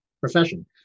profession